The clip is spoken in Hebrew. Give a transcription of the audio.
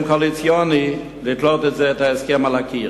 קואליציוני "לתלות את ההסכם על הקיר".